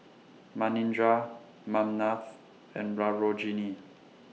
Manindra Ramnath and Sarojini